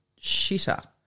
shitter